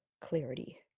clarity